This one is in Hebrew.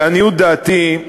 לעניות דעתי,